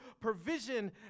provision